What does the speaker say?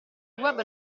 web